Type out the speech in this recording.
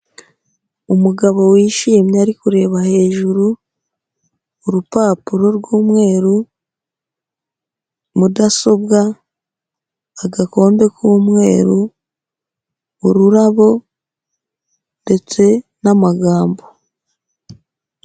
Umugabo wishimye ari kureba hejuru, urupapuro rw'umweru, mudasobwa, agakombe k'umweru, ururabo ndetse n'amagambo.